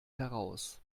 heraus